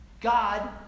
God